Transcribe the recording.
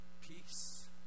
peace